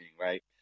right